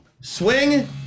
Swing